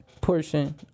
portion